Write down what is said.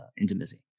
intimacy